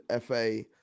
FA